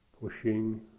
pushing